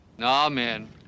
Amen